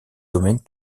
domaines